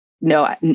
no